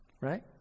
right